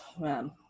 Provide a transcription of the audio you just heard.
man